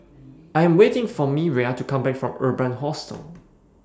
I Am waiting For Miriah to Come Back from Urban Hostel